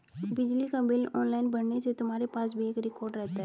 बिजली का bill online भरने से तुम्हारे पास भी एक रिकॉर्ड रहता है